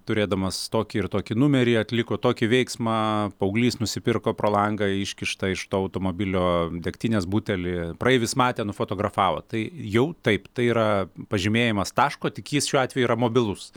turėdamas tokį ir tokį numerį atliko tokį veiksmą paauglys nusipirko pro langą iškištą iš to automobilio degtinės butelį praeivis matė nufotografavo tai jau taip tai yra pažymėjimas taško tik jis šiuo atveju yra mobilus